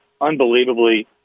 unbelievably